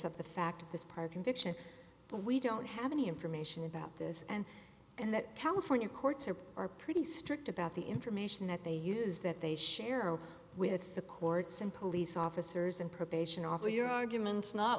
of the fact of this part conviction but we don't have any information about this and and that california courts are are pretty strict about the information that they use that they share with the courts and police officers and probation officer your argument is not